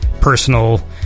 personal